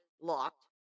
locked